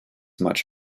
much